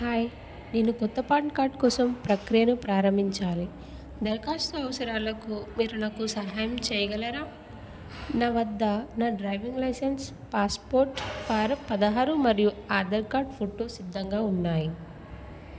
hi నేను క్రొత్త PAN card కోసం ప్రక్రియను ప్రారంభించాలి దరఖాస్తు అవసరాలకు మీరు నాకు సహాయం చేయగలరా నా వద్ద నా డ్రైవింగ్ లైసెన్స్ పాస్పోర్ట్ ఫారం పదహారు మరియు ఆధార్ కార్డ్ ఫోటో సిద్ధంగా ఉన్నాయి